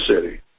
city